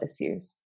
Issues